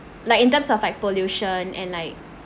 like in terms of like pollution and like